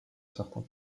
certains